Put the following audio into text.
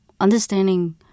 understanding